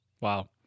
Wow